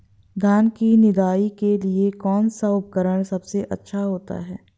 धान की निदाई के लिए कौन सा उपकरण सबसे अच्छा होता है?